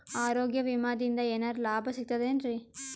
ಆರೋಗ್ಯ ವಿಮಾದಿಂದ ಏನರ್ ಲಾಭ ಸಿಗತದೇನ್ರಿ?